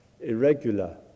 irregular